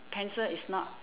pencil is not